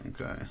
Okay